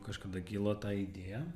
kažkada kilo ta idėja